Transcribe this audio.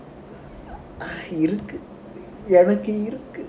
இருக்கு எனக்கு இருக்கு:irukku enakku irukku